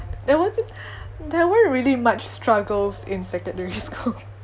there wasn't there weren't really much struggles in secondary school